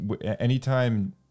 anytime